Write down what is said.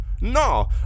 No